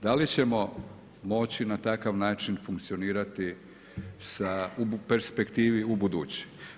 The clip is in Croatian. Da li ćemo moći na takav način funkcionirati u perspektivi ubuduće?